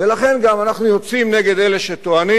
ולכן גם אנחנו יוצאים נגד אלה שטוענים: